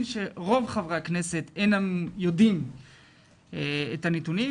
שרוב חברי הכנסת אינם יודעים את הנתונים,